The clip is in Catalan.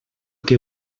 que